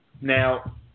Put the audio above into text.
Now